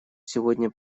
сегодня